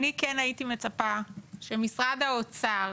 כן הייתי מצפה שמשרד האוצר